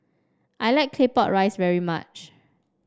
I like Claypot Rice very much